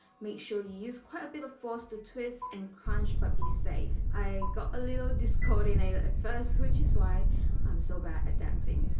make sure you use quite a bit of force to twist and crunch but be safe. i got a little discoordinated at first which is why i'm so bad at dancing.